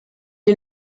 est